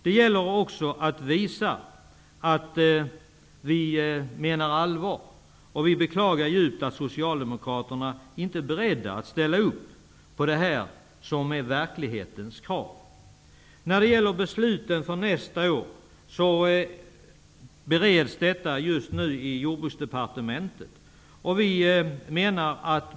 Det gäller att vi visar att vi menar allvar. Vi beklagar djupt att Socialdemokraterna inte är beredda att ställa upp på det som är verklighetens krav. Reglerna för nästa år bereds just nu i Jordbruksdepartementet.